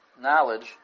knowledge